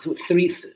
three